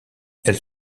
elle